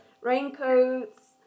raincoats